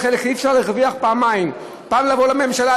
אי-אפשר להרוויח פעמיים: לבוא לממשלה,